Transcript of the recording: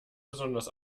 besonders